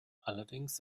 allerdings